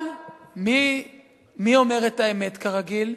אבל מי אומר את האמת, כרגיל?